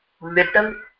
little